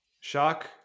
Shock